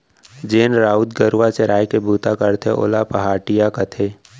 जेन राउत गरूवा चराय के बूता करथे ओला पहाटिया कथें